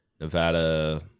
Nevada